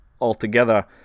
altogether